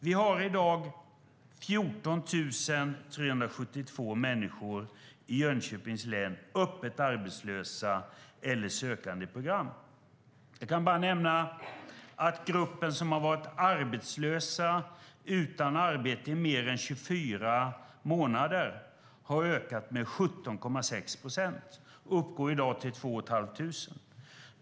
Vi har i dag 14 372 människor i Jönköpings län öppet arbetslösa eller sökande i ett program. Jag kan bara nämna att gruppen människor som varit arbetslösa i mer än 24 månader har ökat med 17,6 procent och uppgår i dag till 2 500.